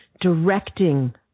directing